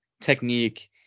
technique